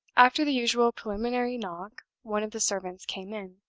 after the usual preliminary knock, one of the servants came in.